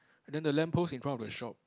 and then the lamp post in front of the shop